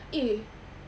eh